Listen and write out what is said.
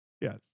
Yes